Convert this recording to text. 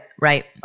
right